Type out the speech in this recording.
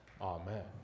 Amen